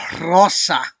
Rosa